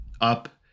up